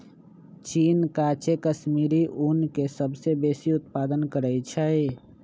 चीन काचे कश्मीरी ऊन के सबसे बेशी उत्पादन करइ छै